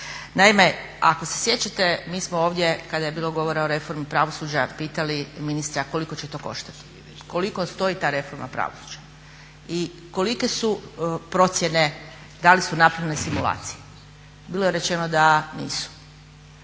Naime, ako se sjećate mi smo ovdje kada je bilo govora o reformi pravosuđa pitali ministra koliko će to koštati, koliko stoji ta reforma pravosuđa i kolike su procjene, da li su napravljene simulacije. Bilo je rečeno da nisu.